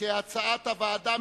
כהצעת הוועדה.